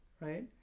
right